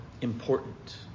important